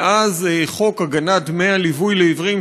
מאז חוק הגנת דמי הליווי לעיוורים,